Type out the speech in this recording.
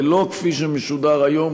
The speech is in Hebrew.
ולא כפי שמשודר היום,